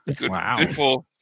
Wow